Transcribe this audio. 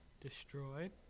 Destroyed